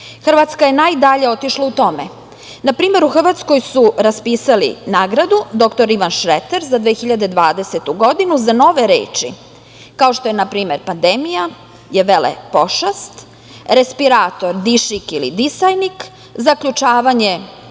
Hrvatska je najdalje otišla u tome. Na primer, u Hrvatskoj su raspisali nagradu „dr Ivan Šreter“ za 2020. godinu za nove reči kao što je na primer – pandemija je velepošast, respirator – dišik ili disajnik, zaključavanje